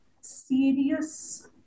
serious